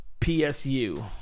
PSU